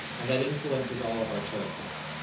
and that influences all of our choices.